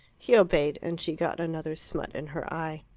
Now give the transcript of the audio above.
he obeyed, and she got another smut in her eye.